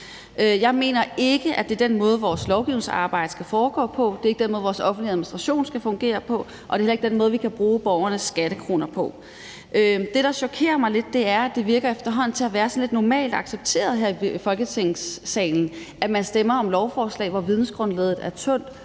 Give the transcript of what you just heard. Jeg mener ikke, at det er den måde, vores lovgivningsarbejde skal foregår på. Det er ikke den måde, vores offentlige administration skal fungere på, og det er heller ikke den måde, vi skal bruge borgernes skattekroner på. Det, der chokerer mig lidt, er, at det efterhånden virker til at være sådan lidt normalt accepteret her i Folketingssalen, at man stemmer om lovforslag, hvor vidensgrundlaget ikke